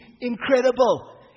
incredible